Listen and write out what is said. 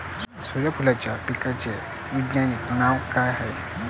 सुर्यफूलाच्या पिकाचं वैज्ञानिक नाव काय हाये?